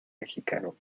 mexicano